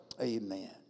Amen